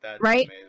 right